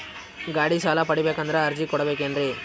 ಗಾಡಿ ಸಾಲ ಪಡಿಬೇಕಂದರ ಅರ್ಜಿ ಕೊಡಬೇಕೆನ್ರಿ?